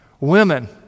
Women